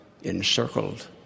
encircled